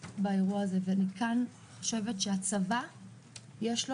באירוע הזה ומכאן אני חושבת שהצבא יש לו